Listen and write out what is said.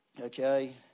okay